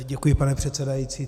Děkuji, pane předsedající.